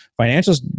Financials